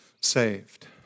saved